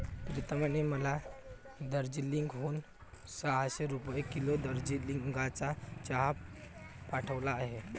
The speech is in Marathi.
प्रीतमने मला दार्जिलिंग हून सहाशे रुपये किलो दार्जिलिंगचा चहा पाठवला आहे